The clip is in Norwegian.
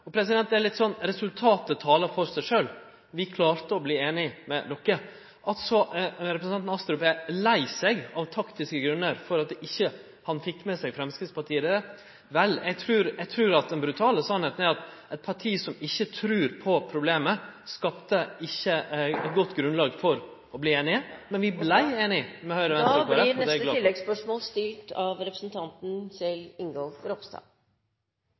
seg sjølv. Vi klarte å verte einig med dei tre partia. Representanten Astrup er lei seg av taktiske grunner for at han ikkje fekk med seg Framstegspartiet. Vel, eg trur at den brutale sanninga er at eit parti som ikkje trur på problemet, skapte ikkje eit godt grunnlag for å verte einige, men vi vart einige… Kjell Ingolf Ropstad – til oppfølgingsspørsmål. Jeg er egentlig veldig lei av